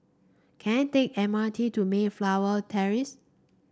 can I take M R T to Mayflower Terrace